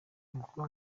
wavuga